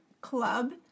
club